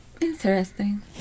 Interesting